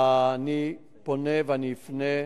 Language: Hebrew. אני פונה ואני אפנה,